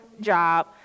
job